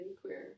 queer